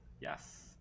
yes